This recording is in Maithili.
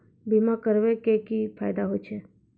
बीमा करबै के की फायदा होय छै?